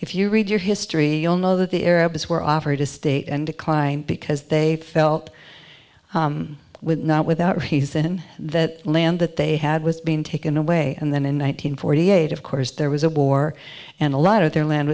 if you read your history all know that the arabs were offered a state and declined because they felt with not without reason that land that they had was being taken away and then in one nine hundred forty eight of course there was a war and a lot of their land